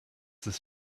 this